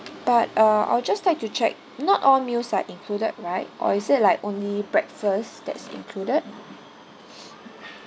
but uh I'll just like to check not all meals are included right or is it like only breakfast that's included